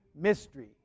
mystery